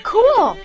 Cool